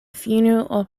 funeral